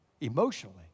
emotionally